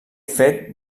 fet